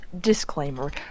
disclaimer